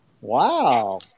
Wow